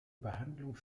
behandlung